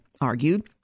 argued